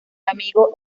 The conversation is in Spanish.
amigo